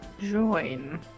join